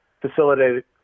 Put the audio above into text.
facilitated